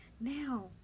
now